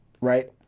right